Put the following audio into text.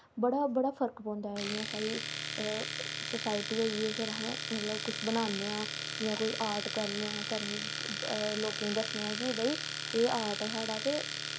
बड़ा फर्क पौंदा ऐ इयां साढ़ी सोसाईटी होई फिर असै मतलव कुछ बनाने आं जां कोई आर्ट करने आं लोकें दस्सने आं कि भाई एह् आर्ट ऐ साढ़ा ते